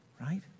right